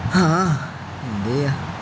ആ എന്തു ചെയ്യാനാണ്